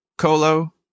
colo